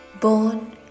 born